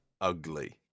Ugly